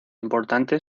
importante